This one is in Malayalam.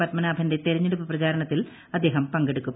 പത്മനാഭന്റെ തെരഞ്ഞെടുപ്പ് പ്രചാരണത്തിൽ അദ്ദേഹം പങ്കെടുക്കും